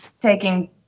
taking